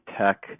tech